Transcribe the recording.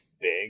big